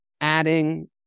adding